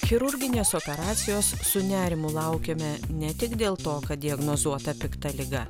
chirurginės operacijos su nerimu laukiame ne tik dėl to kad diagnozuota pikta liga